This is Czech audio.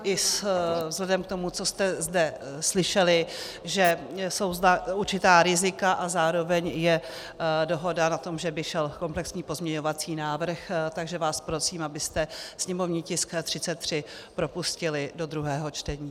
I vzhledem k tomu, co jste zde slyšeli, že jsou určitá rizika a zároveň je určitá dohoda na tom, že by šel komplexní pozměňovací návrh, takže vás prosím, abyste sněmovní tisk 33 propustili do druhého čtení.